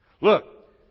Look